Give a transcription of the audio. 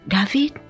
David